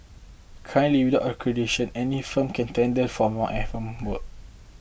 currently without accreditation any firm can tender for F M work